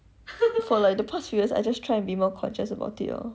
for the past few years I just try and be more conscious about it lor